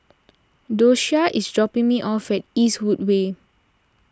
Doshia is dropping me off at Eastwood Way